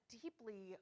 deeply